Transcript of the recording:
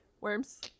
Worms